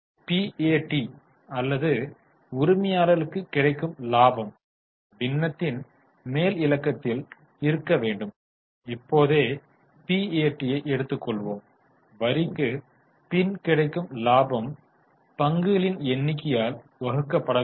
PAT அல்லது உரிமையாளர்களுக்கு கிடைக்கும் லாபம் பின்னத்தின் மேல் இலக்கத்தில் இருக்க வேண்டும் இப்போதே பிஏடி ஐ எடுத்துக் கொள்வோம் வரிக்குப் பின் கிடைக்கும் லாபம் பங்குகளின் எண்ணிக்கையால் வகுக்கப்பட வேண்டும்